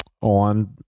on